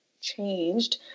changed